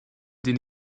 den